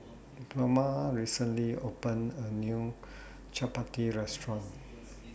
Pluma recently opened A New Chapati Restaurant